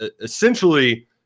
essentially